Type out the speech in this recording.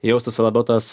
jaustųsi labiau tas